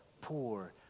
poor